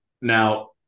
Now